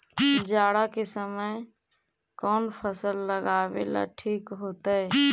जाड़ा के समय कौन फसल लगावेला ठिक होतइ?